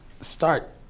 start